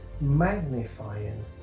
Magnifying